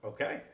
Okay